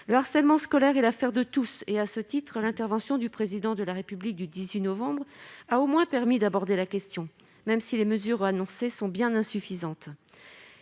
Le harcèlement scolaire est l'affaire de tous, et à ce titre l'intervention du Président de la République du 18 novembre dernier a au moins permis d'aborder la question, même si les mesures annoncées sont bien insuffisantes.